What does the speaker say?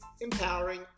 empowering